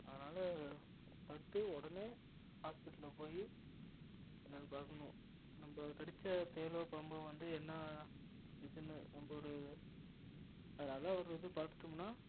அதனால் தடுத்து உடனே ஹாஸ்பிட்டலுக்கு போய் என்னன்னு பாக்கணும் நம்மள கடிச்ச தேளோ பாம்போ வந்து என்ன இதுன்னு நம்ம ஒரு அது நல்லா ஒரு இது பார்த்துட்டோம்னா